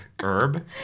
herb